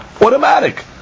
automatic